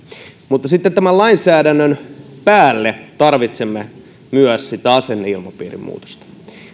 mutta sitten tämän lainsäädännön päälle tarvitsemme myös asenneilmapiirin muutosta